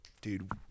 dude